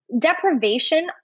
Deprivation